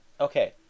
Okay